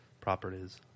properties